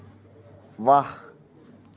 वाह